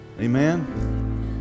Amen